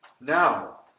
Now